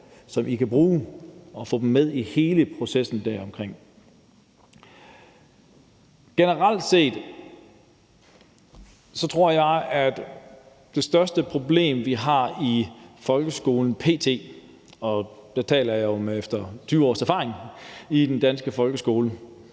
som de kan bruge, og får dem med i hele processen omkring det. Generelt set tror jeg, at det største problem, vi har i folkeskolen p.t. – og der taler jeg jo efter 20 års erfaring i den danske folkeskole